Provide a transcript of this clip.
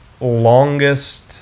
longest